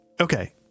Okay